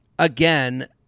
Again